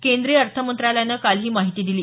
केंद्रीय अर्थ मंत्रालयानं काल ही माहिती दिली